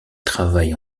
travaille